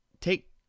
take